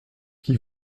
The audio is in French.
qui